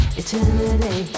eternity